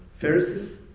Pharisees